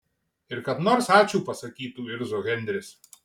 ir kad nors ačiū pasakytų irzo henris